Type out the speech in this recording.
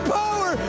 power